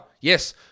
Yes